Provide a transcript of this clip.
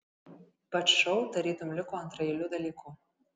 pats šou tarytum liko antraeiliu dalyku